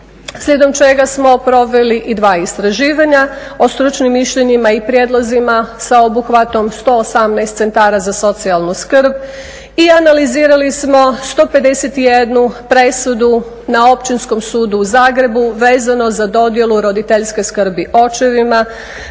slijedom čega smo proveli i dva istraživanja o stručnim mišljenjima i prijedlozima sa obuhvatom 118 centara za socijalnu skrb i analizirali smo 151 presudu na Općinskom sudu u Zagrebu vezano za dodjelu roditeljske skrbi očevima